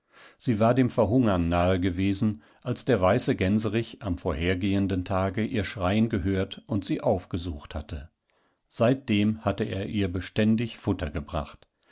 sie war dem verhungern nahe gewesen als der weiße gänserich am vorhergehenden tage ihr schreien gehört und sie aufgesucht hatte seitdem hatteerihrbeständigfuttergebracht